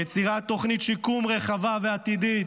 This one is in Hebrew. יצירת תוכנית שיקום רחבה ועתידית,